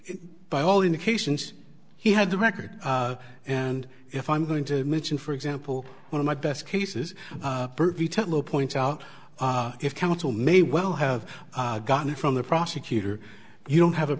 by all indications he had the record and if i'm going to mention for example one of my best cases vito points out if counsel may well have gotten it from the prosecutor you don't have a